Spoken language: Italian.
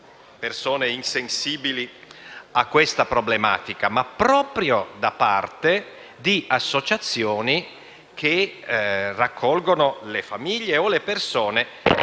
di persone insensibili a questa problematica, ma proprio da parte di associazioni che riuniscono le famiglie o le persone